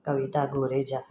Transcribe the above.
Kavita Goreja